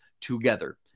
together